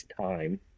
time